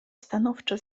stanowczo